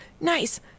nice